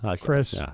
Chris